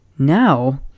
Now